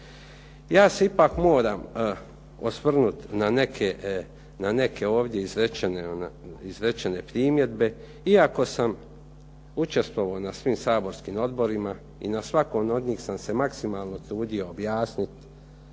Ja se ipak moram osvrnut na neke ovdje izrečene primjedbe iako sam učestvovao na svim saborskim odborima i na svakom od njih sam se maksimalno trudio objasniti